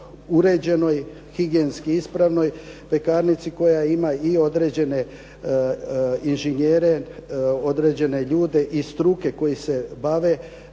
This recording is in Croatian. uređenoj, higijenski ispravnoj pekarnici koja ima i određene inženjere, određene ljude iz struke koji se bave,